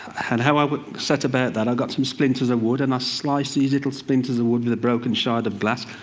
and how i set about that, i got some splinters of wood. and i sliced the little splinters of wood with a broken shard of glass,